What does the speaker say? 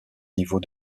niveau